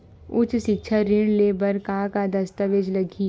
उच्च सिक्छा ऋण ले बर का का दस्तावेज लगही?